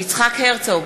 יצחק הרצוג,